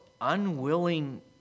unwilling